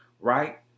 right